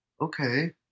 okay